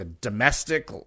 domestic